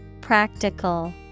Practical